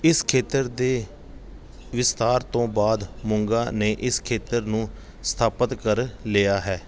ਇਸ ਖੇਤਰ ਦੇ ਵਿਸਥਾਰ ਤੋਂ ਬਾਅਦ ਮੁੰਗਾਂ ਨੇ ਇਸ ਖੇਤਰ ਨੂੰ ਸਥਾਪਿਤ ਕਰ ਲਿਆ ਹੈ